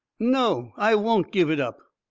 no, i won't give it up.